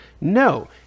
No